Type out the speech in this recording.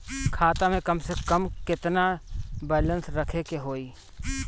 खाता में कम से कम केतना बैलेंस रखे के होईं?